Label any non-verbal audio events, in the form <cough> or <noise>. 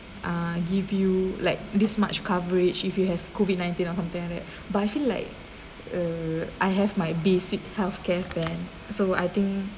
uh give you like this much coverage if you have COVID-nineteen or something like that <breath> but I feel like err I have my basic health care plan so I think